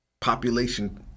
population